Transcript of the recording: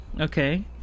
Okay